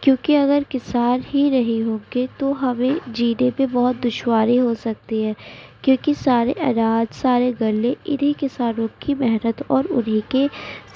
کیوں کہ اگر کسان ہی نہیں ہوں گے تو ہمیں جینے میں بہت دشواری ہو سکتی ہے کیوں کہ سارے اناج سارے غلے انہیں کسانوں کی محنت اور انہیں کے